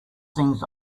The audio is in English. things